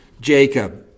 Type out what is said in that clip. Jacob